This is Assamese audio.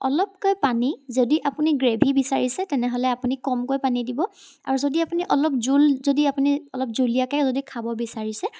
অলপকৈ পানী যদি আপুনি গ্ৰেভি বিচাৰিছে তেনেহলে আপুনি কমকৈ পানী দিব আৰু যদি আপুনি অলপ জোল যদি আপুনি অলপ জুলীয়াকৈ যদি খাব বিচাৰিছে